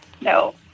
No